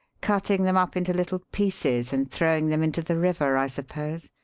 cutting them up into little pieces and throwing them into the river, i suppose,